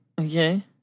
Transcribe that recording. Okay